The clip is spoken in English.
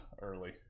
early